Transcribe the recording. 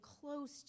close